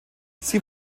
sie